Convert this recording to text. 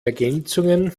ergänzungen